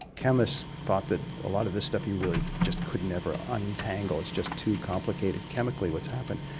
chemists thought that a lot of this stuff you really just could never untangle, it's just too complicated chemically what's happened.